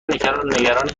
نگران